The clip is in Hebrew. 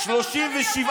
אתה מרשה לי להיות חצי-חצי?